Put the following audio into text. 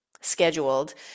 scheduled